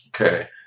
okay